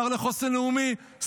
שר לחוסן לאומי,